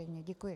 Děkuji.